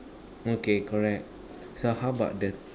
okay correct so how about the